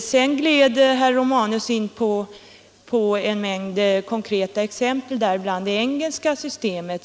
Sedan gled herr Romanus in på en mängd konkreta exempel, däribland det engelska systemet.